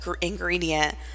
ingredient